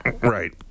right